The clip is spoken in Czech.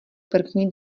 první